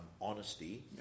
honesty